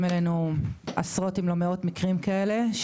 אלינו עשרות אם לא מאות מקרים כאלה.